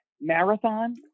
marathon